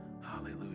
Hallelujah